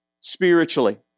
spiritually